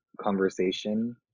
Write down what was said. conversation